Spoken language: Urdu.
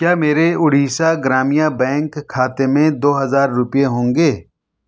کیا میرے اوڑیسہ گرامیہ بینک خاتے میں دو ہزار روپیہ ہوںگے